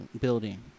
building